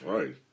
Right